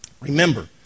Remember